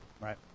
Right